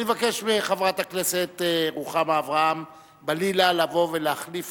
אני מבקש מחברת הכנסת רוחמה אברהם-בלילא לבוא ולהחליף